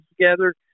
together